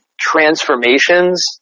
transformations